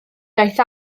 daeth